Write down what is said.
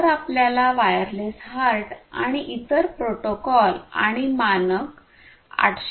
जर आपल्याला wireless HART आणि इतर प्रोटोकॉल आणि मानक 802